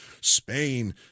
Spain